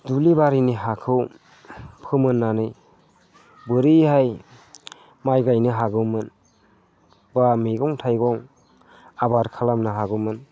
दुब्लिबारिनि हाखौ फोमोननानै बोरैहाय माइ गायनो हागौमोन बा मैगं थाइगं आबाद खालामनो हागौमोन